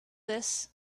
this